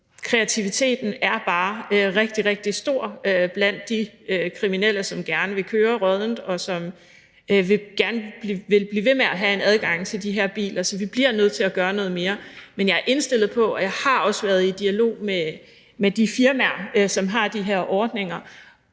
Kreativiteten er bare rigtig, rigtig stor blandt de kriminelle, som gerne vil køre råddent, og som gerne vil blive ved med at have en adgang til de her biler. Derfor bliver vi nødt til at gøre noget mere. Men jeg er indstillet på, og jeg har også været i dialog med de firmaer, som har de her ordninger,